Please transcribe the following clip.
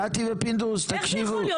קטי ופינדרוס, תקשיבו.